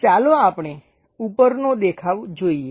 ચાલો આપણે ઉપરનો દેખાવ જોઈએ